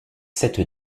cette